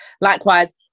likewise